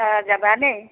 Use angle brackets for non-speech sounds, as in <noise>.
<unintelligible> যাবা নেকি